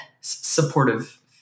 supportive